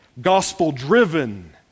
gospel-driven